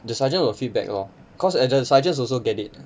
the sergeant will feedback lor cause and the sergeants also get it